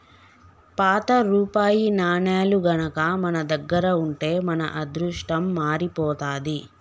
పాత రూపాయి నాణేలు గనక మన దగ్గర ఉంటే మన అదృష్టం మారిపోతాది